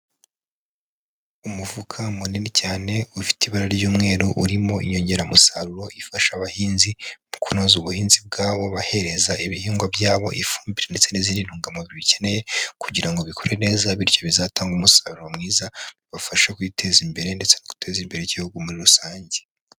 Umufuka munini cyane ufite ibara ry'umweru, urimo inyongeramusaruro ifasha abahinzi, mu kunoza ubuhinzi bwabo bahereza ibihingwa byabo ifumbire ndetse n'izindi ntungamubiri bikeneye, kugira ngo bikure neza bityo bizatange umusaruro mwiza, ubafasha kwiteza imbere ndetse no guteza imbere Igihugu muri rusange.